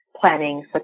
planning